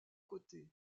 côtés